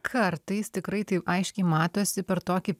kartais tikrai tai aiškiai matosi per tokį